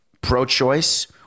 pro-choice